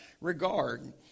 regard